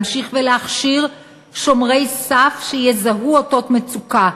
להמשיך ולהכשיר שומרי סף שיזהו אותות מצוקה,